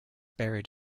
buried